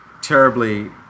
terribly